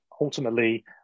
ultimately